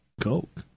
Coke